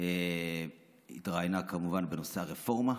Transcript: היא התראיינה, כמובן, בנושא הרפורמה,